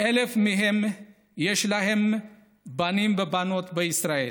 1,000 מהם יש להם בנים ובנות בישראל,